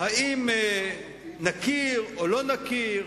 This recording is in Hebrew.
האם נכיר או לא נכיר,